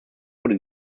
wurde